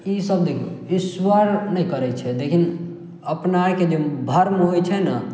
ई सब देखु ईश्वर नै करै छै लेकिन अपना आर जे भर्म होइ छै नऽ